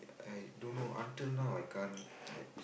I don't know until now I can't